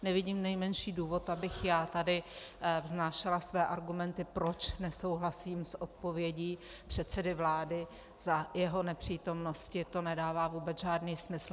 Nevidím nejmenší důvod, abych já tady vznášela své argumenty, proč nesouhlasím s odpovědí předsedy vlády, za jeho nepřítomnosti, to nedává vůbec žádný smysl.